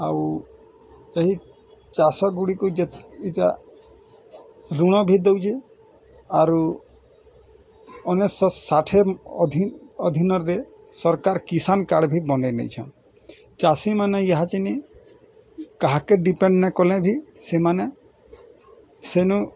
ଆଉ ଏହି ଚାଷ ଗୁଡ଼ିକୁ ଯେତିକ୍ଟା ଋଣ ବି ଦେଉଛେଁ ଆରୁ ଅନେଶତ୍ ଷାଠିଏ ଅଧିନ ଅଧିନରେ ବେ ସରକାର୍ କିଶାନ୍ କାର୍ଡ ବି ବନେଇ ନେଇଛନ୍ ଚାଷୀମାନେ ଏହାତିନି କାହାକେ ଡ଼ିପେଣ୍ଡ ନାଇଁ କଲେ ବି ସେମାନେ ସେନୁ